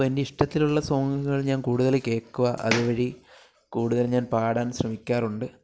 അപ്പം എൻ്റെ ഇഷ്ടത്തിലുള്ള സോങ്ങുകൾ ഞാൻ കൂടുതൽ കേൾക്കുക അതുവഴി കൂടുതൽ ഞാൻ പാടാൻ ശ്രമിക്കാറുണ്ട്